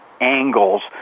angles